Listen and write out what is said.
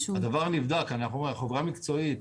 הדבר נבדק, אנחנו חברה מקצועית.